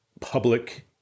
public